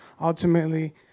ultimately